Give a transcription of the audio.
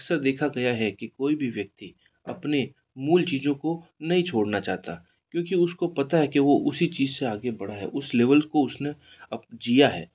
अक्सर देखा गया है कि कोई भी व्यक्ति अपने मूल चीज़ों को नहीं छोड़ना चाहता क्योंकि उसको पता है कि वह उसी चीज़ से आगे बढ़ा है उस लेवल को उसने अब जिया है